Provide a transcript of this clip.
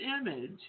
image